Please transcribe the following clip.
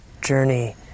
journey